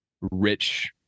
rich